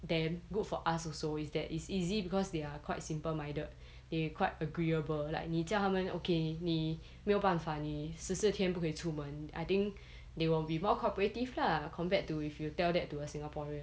them good for us also is that it's easy because they are quite simple minded they quite agreeable like 你叫他们 okay 你没有办法你十四天不可以出们 I think they will be more cooperative lah compared to if you tell them to a singaporean